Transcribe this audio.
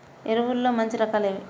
ఎరువుల్లో మంచి రకాలు ఏవి?